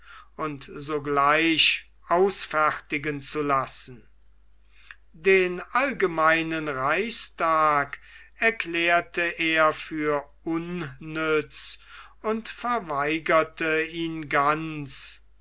und sogleich ausfertigen zu lassen den allgemeinen reichstag erklärte er für unnütz und verweigerte ihn ganz